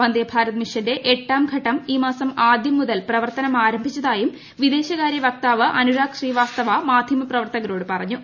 വന്ദേഭാരത് മിഷന്റെ എട്ടാം ഘട്ടം ഈ മാസം ആദ്യം മുതൽ പ്രവർത്തനം ആരംഭിച്ചതായും വിദേശകാര്യവക്താവ് അനുരാഗ് ശ്രീവാസ്തവ മാധ്യമപ്രവർത്തകരോട് പറഞ്ഞു